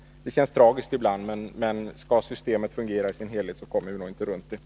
Det känns tragiskt ibland, men skall systemet fungera i sin helhet, kommer vi inte runt problemet.